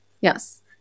Yes